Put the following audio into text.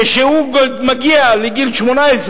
כשהוא מגיע לגיל 18,